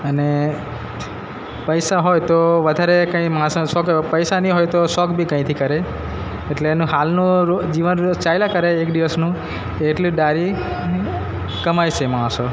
અને પૈસા હોય તો વધારે કંઈ માણસોને શોખ એવો પૈસા નહીં હોય તો શોખ બી કંઈથી કરે એટલે એનો હાલનો રો જીવન ચાલ્યા કરે એક દિવસનું એટલી દ્હાડી કમાય છે માણસો